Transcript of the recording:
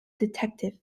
detectives